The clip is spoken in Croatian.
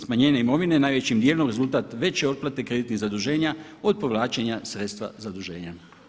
Smanjenje imovine najvećim dijelom rezultat veće otplate kreditnih zaduženja od povlačenja sredstva zaduženja.